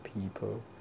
people